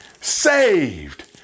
saved